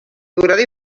durada